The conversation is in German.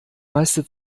meiste